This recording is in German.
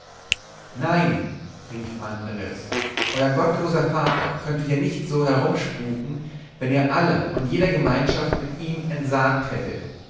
nein rief andres euer gottloser vater könnte hier nicht so herumspuken wenn ihr aller und jeder gemeinschaft mit ihm entsagt hättet